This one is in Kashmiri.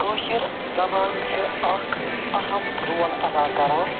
کٲشِر زبان چھِ اَکھ اَہَم رول ادا کران